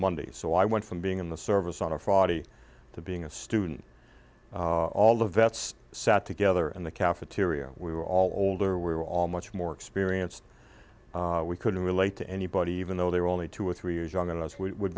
monday so i went from being in the service on a friday to being a student all of vets sat together in the cafeteria we were all older we were all much more experienced we couldn't relate to anybody even though they were only two or three years young and as we